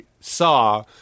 saw